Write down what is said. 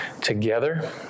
together